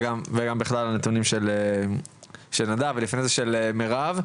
ובכלל לנתונים של נדב ומירב.